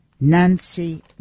Nancy